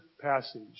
passage